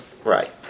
Right